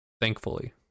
Thankfully